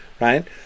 right